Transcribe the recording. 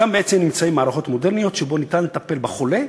שם בעצם נמצאות מערכות מודרניות שבהן ניתן לטפל בחולה,